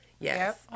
Yes